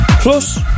Plus